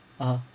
(uh huh)